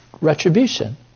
retribution